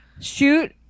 shoot